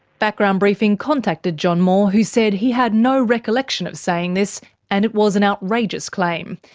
background briefing contacted john moore who said he had no recollection of saying this and it was an outrageous claim.